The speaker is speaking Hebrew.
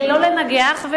שלא לנגח.